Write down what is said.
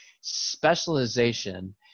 specialization